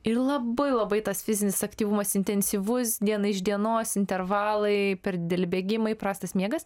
ir labai labai tas fizinis aktyvumas intensyvus diena iš dienos intervalai per dideli bėgimai prastas miegas